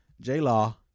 J-Law